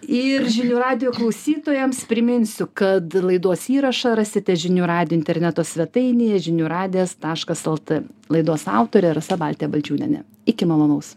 ir žinių radijo klausytojams priminsiu kad laidos įrašą rasite žinių radijo interneto svetainėje žinių radijas taškas lt laidos autorė rasa baltė balčiūnienė iki malonaus